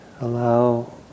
allow